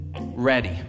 Ready